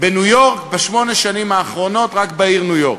עשר דקות, אדוני, לרשותך.